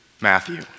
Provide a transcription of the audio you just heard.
Matthew